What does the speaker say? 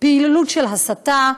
פעילות של הסתה,